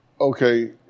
Okay